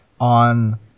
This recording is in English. on